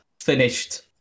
finished